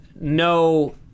no